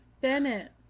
Bennett